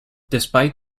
despite